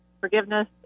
forgiveness